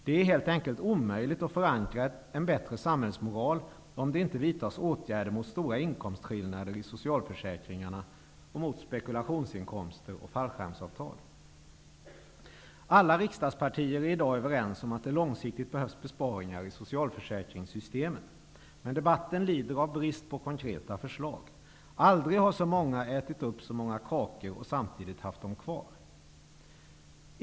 Det är helt enkelt omöjligt att förankra en bättre samhällsmoral, om det inte vidtas åtgärder mot stora inkomstskillnader i socialförsäkringarna, mot spekulationsinkomster och mot fallskärmsavtal. Alla riksdagspartier är i dag överens om att det långsiktigt behövs besparingar i socialförsäkringssystemen. Men debatten lider av brist på konkreta förslag. Aldrig har så många ätit upp så många kakor och samtidigt haft dem kvar.